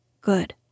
good